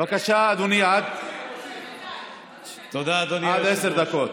בבקשה, אדוני, עד עשר דקות.